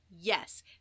Yes